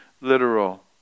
literal